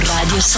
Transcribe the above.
Radio